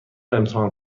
امتحان